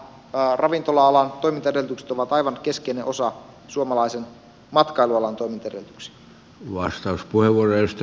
nämä ravintola alan toimintaedellytykset ovat aivan keskeinen osa suomalaisen matkailualan toimintaedellytyksiä